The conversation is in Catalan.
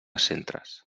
centres